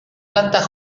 plantas